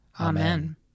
Amen